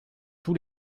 tous